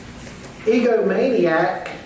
egomaniac